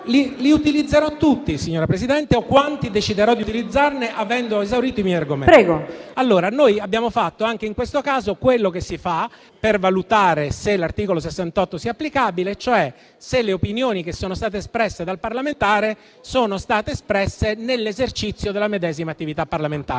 Li utilizzerò tutti, signora Presidente, o quanti deciderò di utilizzarne, avendo esaurito i miei argomenti. PRESIDENTE. Prego, senatore Scalfarotto. SCALFAROTTO *(IV-C-RE)*. Noi abbiamo fatto anche in questo caso quello che si fa per valutare se l'articolo 68 sia applicabile, cioè se le opinioni che sono state espresse dal parlamentare siano state espresse nell'esercizio della medesima attività parlamentare.